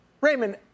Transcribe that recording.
Raymond